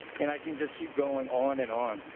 and i can just keep going on and on.